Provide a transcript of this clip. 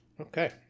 Okay